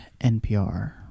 NPR